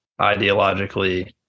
ideologically